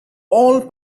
all